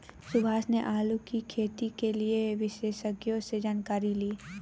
सुभाष ने आलू की खेती के लिए विशेषज्ञों से जानकारी ली